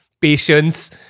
patience